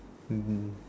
mm